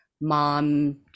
mom